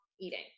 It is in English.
eating